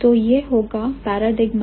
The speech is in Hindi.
तो यह होगा paradigmatic universal